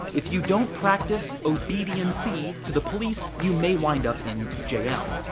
if you don't practice obediency to the police you may wind up in j l.